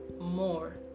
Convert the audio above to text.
more